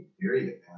period